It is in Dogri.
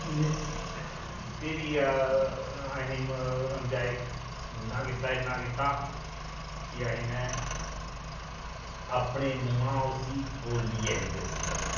फिरी असें इंजॉय इ'न्ना कीता इ'न्ना कीता कि असें ना अपने मुंहा दा उसी बोलियै निं दस्सी सकदा